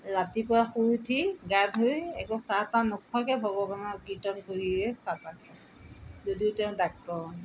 ৰাতিপুৱা শুই উঠি গা ধুই একদম চাহ তাহ নোখোৱাকৈ ভগৱানৰ কীৰ্তন পঢ়িহে চাহ তাহ খায় যদিও তেওঁ ডাক্তৰ